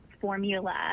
formula